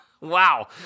wow